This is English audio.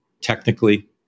technically